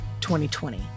2020